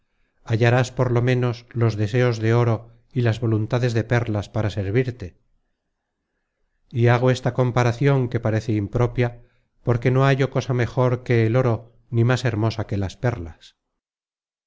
hallarás por lo menos los deseos de oro y las voluntades de perlas para servirte y hago esta comparacion que parece impropia porque no hallo cosa mejor que el oro ni más hermosa que las perlas